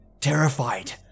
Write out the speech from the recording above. terrified